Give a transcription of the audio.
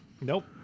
Nope